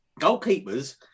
Goalkeepers